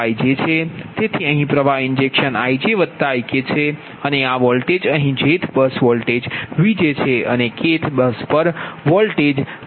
તેથી અહીં પ્ર્વાહ ઇન્જેક્શન IjIk છે અને આ વોલ્ટેજ અહીં jthબસ વોલ્ટેજ Vj છે અને kth બસ પર વોલ્ટેજ Vk છે